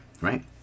right